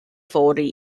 fory